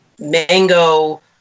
mango